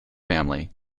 family